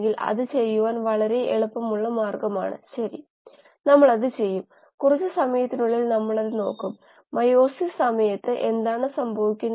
baffle എന്തിനാണെന്ന് വച്ചാൽ നിങ്ങൾ ഒരു ദ്രാവകം ഇളക്കുമ്പോൾ എന്ത് സംഭവിക്കും